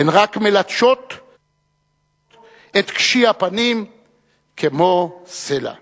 'הן רק מלטשות את קשי הפנים כמו סלע'.